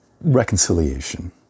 reconciliation